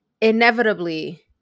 inevitably